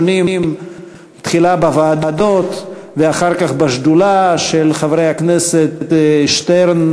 תחילה בוועדות ואחר כך בשדולה של חברי הכנסת שטרן,